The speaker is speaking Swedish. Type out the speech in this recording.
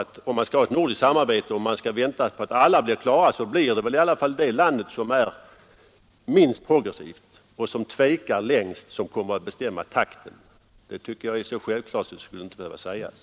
Om vi skall ha ett nordiskt samarbete och vänta till dess alla blir klara, så blir det ju ändå det landet som är minst progressivt och som tvekar längst som kommer att bestämma takten. Det tycker jag är så självklart att det inte skulle behöva sägas.